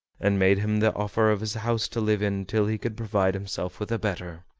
and made him the offer of his house to live in till he could provide himself with a better.